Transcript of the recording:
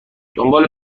دنبال